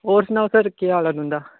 होर सनाओ सर केह् हाल ऐ तुं'दा